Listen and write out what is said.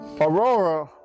Aurora